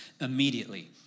immediately